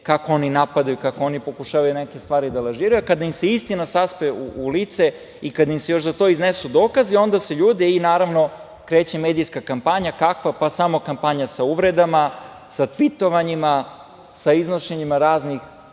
kako oni napadaju, kako oni pokušavaju neke stvari da lažiraju. Kada im se istina saspe u lice i kada im se još za to iznesu dokazi, onda se ljute i, naravno, kreće medijska kampanja. Kakva? Pa, samo kampanja sa uvredama, sa tvitovanjima, sa iznošenjima raznih